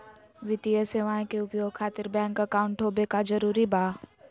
वित्तीय सेवाएं के उपयोग खातिर बैंक अकाउंट होबे का जरूरी बा?